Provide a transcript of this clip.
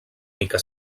mica